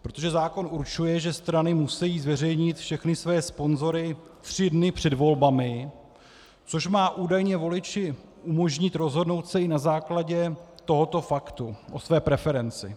Protože zákon určuje, že strany musí zveřejnit všechny své sponzory tři dny před volbami, což má údajně voliči umožnit rozhodnout se i na základě tohoto faktu o své preferenci.